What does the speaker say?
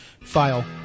file